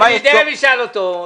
תכף אשאל אותו.